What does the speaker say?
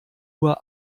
uhr